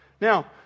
now